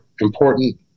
important